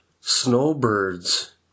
snowbirds